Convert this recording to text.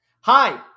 Hi